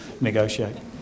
negotiate